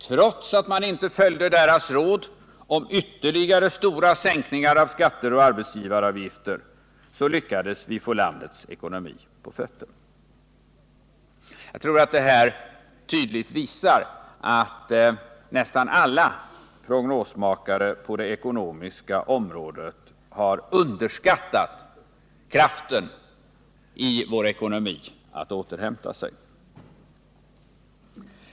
Trots att vi inte följde deras råd om ytterligare stora sänkningar av skatter och arbetsgivaravgifter lyckades vi få landets ekonomi på fötter. Jag tror att detta ytterligare visar att nästan alla prognosmakare på det ekonomiska området har underskattat kraften i vår ekonomi att kunna återhämta sig.